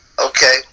Okay